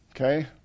Okay